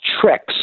tricks